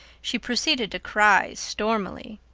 she proceeded to cry stormily.